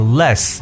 less